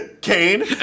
Kane